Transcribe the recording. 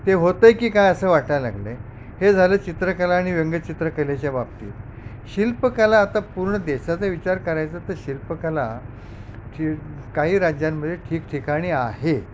ते होतंय की काय असं वाटाय लागलं आहे हे झालं चित्रकला आणि व्यंगचित्रकलेच्या बाबतीत शिल्पकला आता पूर्ण देशाचा विचार करायचा तर शिल्पकला ची काही राज्यांमध्ये ठीकठिकाणी आहे